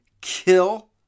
kill